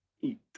eat